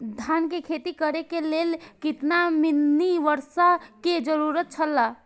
धान के खेती करे के लेल कितना मिली वर्षा के जरूरत छला?